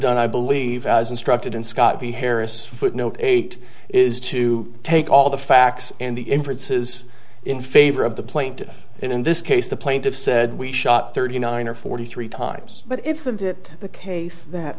done i believe as instructed in scott v harris footnote eight is to take all the facts and the inferences in favor of the plaintiff in this case the plaintiff said we shot thirty nine or forty three times but it isn't it the case that